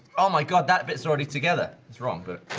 oh my god that bits already together it's wrong bit.